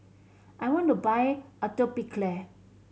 I want to buy Atopiclair